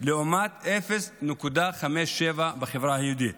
לעומת 0.57 בחברה היהודית.